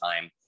time